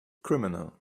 criminal